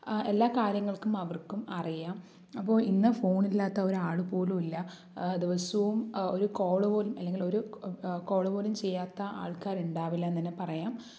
എല്ലാ കാര്യങ്ങൾക്കും അവർക്കും അറിയാം അപ്പോൾ ഇന്ന് ഫോൺ ഇല്ലാത്ത ഒരാൾ പോലുമില്ല ദിവസവും ഒരു കോൾ പോലും അല്ലെങ്കിൽ ഒരു കോള് പോലും ചെയ്യാത്ത ആൾക്കാർ ഉണ്ടാവില്ല എന്ന് തന്നെ പറയാം